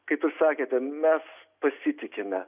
kaip ir sakėte mes pasitikime